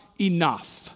enough